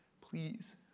Please